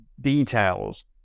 details